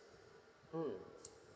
mm